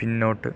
പിന്നോട്ട്